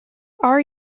our